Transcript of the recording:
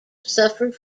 suffered